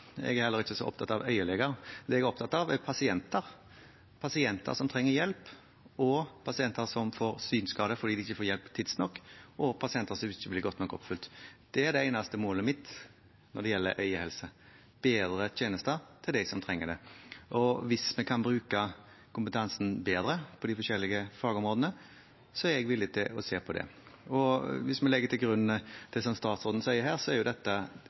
Jeg er heller ikke så opptatt av øyeleger; det jeg er opptatt av, er pasienter – pasienter som trenger hjelp, pasienter som får synsskader fordi de ikke får hjelp tidsnok, og pasienter som ikke blir godt nok fulgt opp. Det eneste målet mitt når det gjelder øyehelse, er bedre tjenester til dem som trenger det. Og hvis vi kan bruke kompetansen bedre på de forskjellige fagområdene, er jeg villig til å se på det. Hvis vi legger til grunn det statsråden her sier, er dette